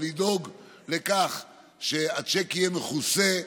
לדאוג לכך שהשיק יהיה מכוסה.